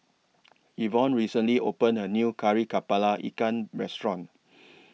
Yvonne recently opened A New Kari Kepala Ikan Restaurant